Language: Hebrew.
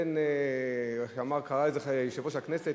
איך קרא לזה יושב-ראש הכנסת,